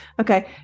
Okay